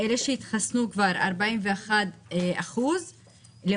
41% התחסנו בחברה הכללית בקרב אנשים בני 40,